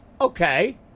okay